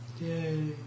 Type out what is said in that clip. Yay